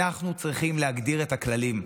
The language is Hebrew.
אנחנו צריכים להגדיר את הכללים.